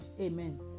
Amen